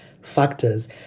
factors